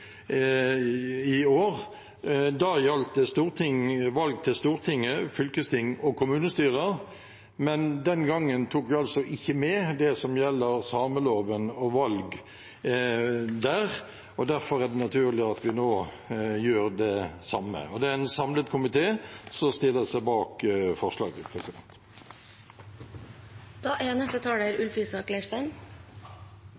fylkesting og kommunestyrer. Den gangen tok vi ikke med det som gjelder sameloven og valg, og derfor er det naturlig at vi nå gjør det samme der. Det er en samlet komité som stiller seg bak forslaget. Dette er, som saksordføreren sa, en naturlig oppfølging av den loven vi behandlet i juni, som gjaldt listeforslag til stortingsvalg. Det er